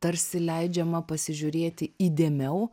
tarsi leidžiama pasižiūrėti įdėmiau